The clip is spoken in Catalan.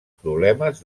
problemes